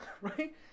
right